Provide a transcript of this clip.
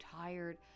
tired